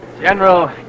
General